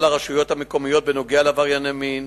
לרשויות המקומיות בנוגע לעברייני מין,